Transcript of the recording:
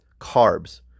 carbs